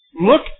Look